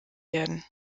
werden